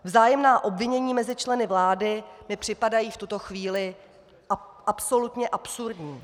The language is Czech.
Vzájemná obvinění mezi členy vlády mi připadají v tuto chvíli absolutně absurdní!